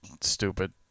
stupid